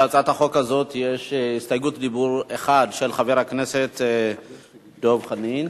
להצעת החוק הזאת יש בקשת דיבור אחת של חבר הכנסת דב חנין,